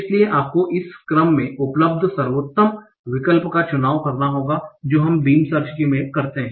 इसलिए आपको इस क्रम में उपलब्ध सर्वोत्तम विकल्प का चुनाव करना होगा जो कि हम बिम सर्च में करते हैं